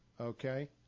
okay